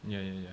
ya ya ya